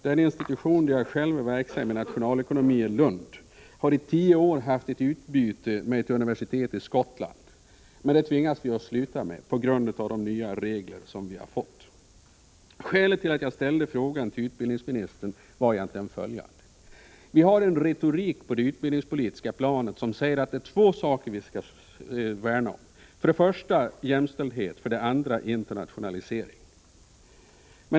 Den institution där jag själv är verksam, institutionen för nationalekonomi i Lund, har i tio år haft ett utbyte med ett universitet i Skottland. Men nu tvingas vi på grund av de nya reglerna att avsluta utbytet. Skälet till att jag ställde frågan till utbildningsministern var egentligen följande. Vi har på det utbildningspolitiska planet en retorik som säger att vi skall värna om två saker: för det första jämställdhet och för det andra internationalisering.